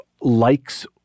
likes